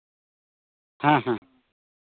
ᱦᱮᱸ ᱦᱮᱸ